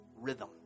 rhythm